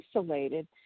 isolated